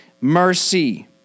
mercy